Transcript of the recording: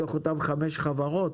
מתוך אותן חמש החברות,